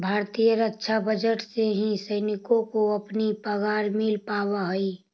भारतीय रक्षा बजट से ही सैनिकों को अपनी पगार मिल पावा हई